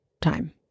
time